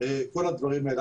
וכל הדברים האלה.